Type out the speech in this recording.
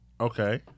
okay